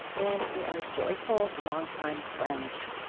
and they are joyful, longtime friends